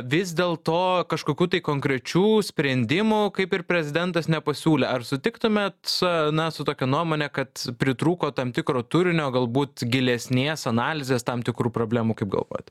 vis dėl to kažkokių tai konkrečių sprendimų kaip ir prezidentas nepasiūlė ar sutiktumėt na su tokia nuomone kad pritrūko tam tikro turinio galbūt gilesnės analizės tam tikrų problemų kaip galvojat